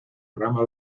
rama